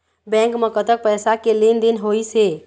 Bank म कतक पैसा के लेन देन होइस हे?